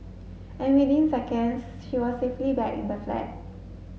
and within seconds she was safely back in the flat